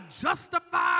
justified